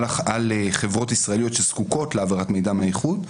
חברות ישראליות שזקוקות להעברת מידע מהאיחוד,